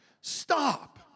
Stop